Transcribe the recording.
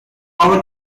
our